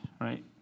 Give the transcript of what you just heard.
right